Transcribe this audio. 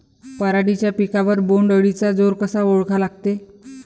पराटीच्या पिकावर बोण्ड अळीचा जोर कसा ओळखा लागते?